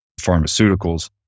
pharmaceuticals